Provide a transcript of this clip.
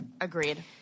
Agreed